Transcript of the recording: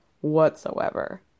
whatsoever